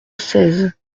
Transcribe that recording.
seize